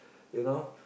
you know